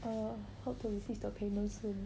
err hope to receive the payment soon